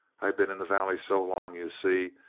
i've been in the valley so long, you see,